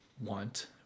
want